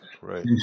right